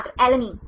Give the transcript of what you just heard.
छात्र अलैनिन